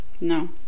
no